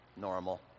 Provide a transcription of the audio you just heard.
normal